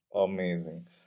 Amazing